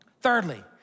Thirdly